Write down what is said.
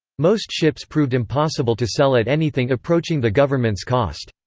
most ships proved impossible to sell at anything approaching the government's cost.